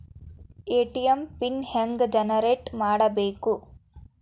ATM PIN ಹೆಂಗ್ generate ಮಾಡಬೇಕು?